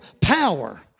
power